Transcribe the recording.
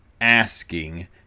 asking